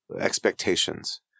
expectations